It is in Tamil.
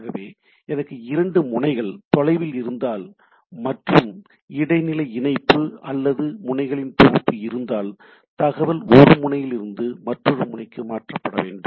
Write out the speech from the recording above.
ஆகவே எனக்கு இரண்டு முனைகள் தொலைவில் இருந்தால் மற்றும் இடைநிலை இணைப்பு அல்லது முனைகளின் தொகுப்பு இருந்தால் தகவல் ஒரு முனையிலிருந்து மற்றொரு முனைக்கு மாற்றப்பட வேண்டும்